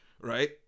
right